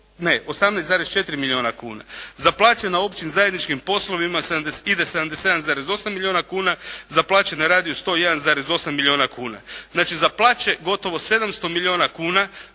ide 18,4 milijuna kuna. Za plaće na općim zajedničkim poslovima ide 77,8 milijuna kuna, za plaće na radiju 101,8 milijuna kuna. Znači za plaće gotovo 700 milijuna kuna.